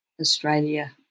Australia